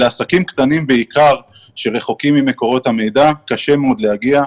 לעסקים קטנים בעיקר שרחוקים ממקורות המידע קשה מאוד להגיע.